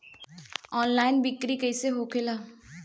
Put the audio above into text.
Online बिक्री कैसे होखेला?